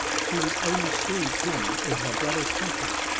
she would only see him in her brother's company.